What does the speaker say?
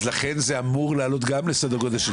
אז לכן זה אמור לעלות גם לסדר גודל של